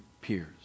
peers